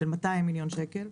של 200 מיליון שקל.